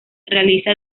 realiza